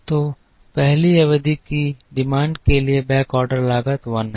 तो पहली अवधि की मांग के लिए बैकऑर्डर लागत 1 है